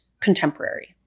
contemporary